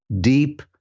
deep